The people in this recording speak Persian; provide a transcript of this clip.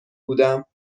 بودم